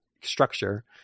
structure